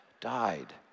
died